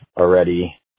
already